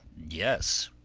yes.